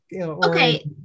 Okay